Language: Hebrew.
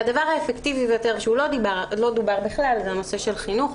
והדבר האפקטיבי ביותר שלא דובר עליו בכלל זה הנושא של חינוך.